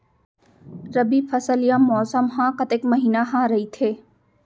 रबि फसल या मौसम हा कतेक महिना हा रहिथे?